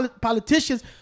politicians